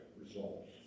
results